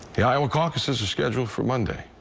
the iowa caucuses are scheduled for monday.